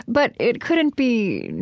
but it couldn't be